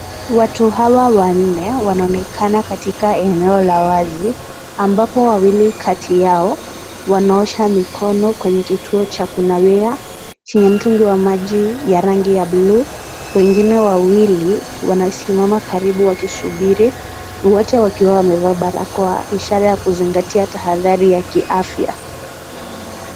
Watu hawa wanne wanaonekana katika eneo la wazi ambapo wawili kati yao wanaosha mikono kwenye kituo cha kunawia chenye mtungi wa maji ya rangi ya bluu. Wengine wawili wanasimama karibu wakisubiri wote wakiwa wamevaa barakoa ishara ya kuzingatia tahadhari ya kiafya.